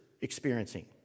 experiencing